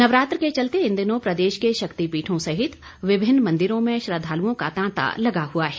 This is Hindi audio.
नवरात्र के चलते इन दिनों प्रदेश के शक्तिपीठों सहित विभिन्न मंदिरों में श्रद्वालुओं का तांता लगा हुआ है